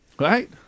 Right